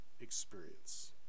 experience